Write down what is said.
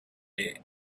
day